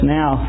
now